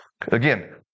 Again